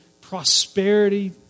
prosperity